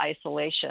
isolation